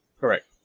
correct